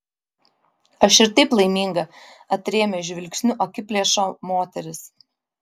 aš ir taip laiminga atrėmė žvilgsniu akiplėšą moteris